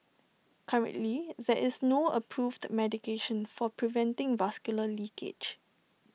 currently there is no approved medication for preventing vascular leakage